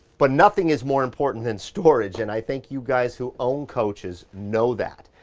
but nothing is more important than storage and i think you guys who own coaches know that.